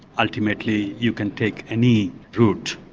ultimately you can take any route.